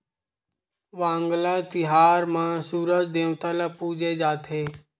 वांगला तिहार म सूरज देवता ल पूजे जाथे